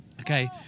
Okay